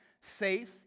faith